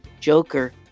Joker